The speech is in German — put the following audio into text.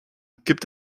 gibt